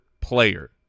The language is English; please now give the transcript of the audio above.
player